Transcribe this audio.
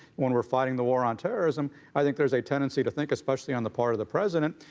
when we are fighting the war on terrorism, i think there is a tendency to think, especially on the part of the president,